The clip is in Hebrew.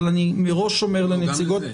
אבל אני מראש אומר לנציגות -- גם לזה.